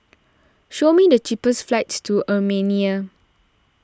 show me the cheapest flights to Armenia